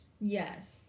Yes